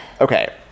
Okay